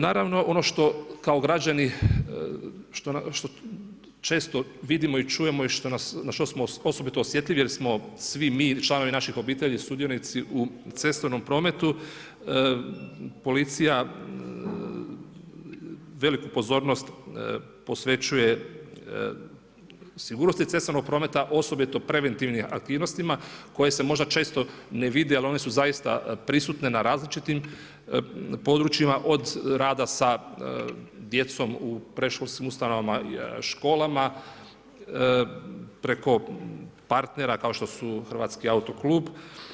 Naravno ono što kao građani često vidimo i čujemo i na što smo osobito osjetljivi jer smo svi mi i članovi naših obitelji sudionici u cestovnom prometu, policija, veliku pozornost posvećuje sigurnosti cestovnog prometa, osobito preventivnim aktivnostima, koje se možda ćesto ne vide, ali one su zaista prisutne na različitim područjima, od rada sa djecom u predškolskim ustanovama, školama, preko partnera kao što su Hrvatski autoklub.